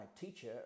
teacher